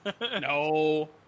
No